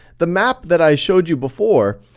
the map that i showed you before,